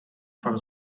from